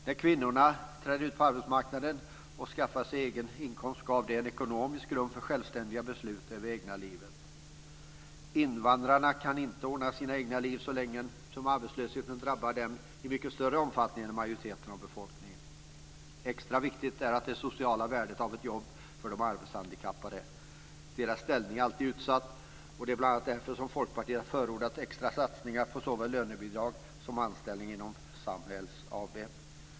När kvinnorna trädde ut på arbetsmarknaden och skaffade sig en egen inkomst gav det en ekonomisk grund för självständiga beslut om det egna livet. Invandrarna kan inte ordna sina egna liv så länge som arbetslösheten drabbar dem i mycket större omfattning än majoriteten av befolkningen. Extra viktigt är det sociala värdet av ett jobb för de arbetshandikappade. Deras ställning är alltid utsatt. De är bl.a. därför som Folkpartiet har förordat extra satsningar på såväl lönebidrag som anställning inom Samhall AB.